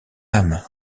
âme